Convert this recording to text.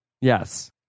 Yes